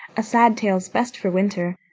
a sad tale's best for winter.